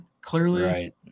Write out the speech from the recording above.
clearly